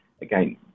again